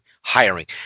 hiring